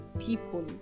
people